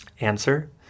Answer